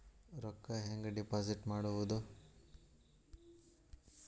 ರೊಕ್ಕ ಹೆಂಗೆ ಡಿಪಾಸಿಟ್ ಮಾಡುವುದು?